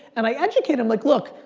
and i educate him, like look,